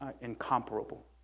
incomparable